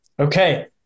Okay